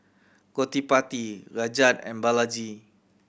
Gottipati Rajat and Balaji